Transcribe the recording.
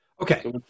Okay